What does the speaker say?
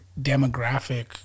demographic